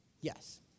Yes